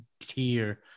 tier